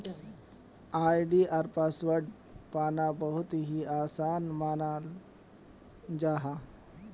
आई.डी.आर password पाना बहुत ही आसान मानाल जाहा